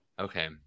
Okay